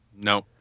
no